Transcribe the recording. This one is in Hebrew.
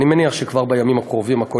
אני מניח שכבר בימים הקרובים הכול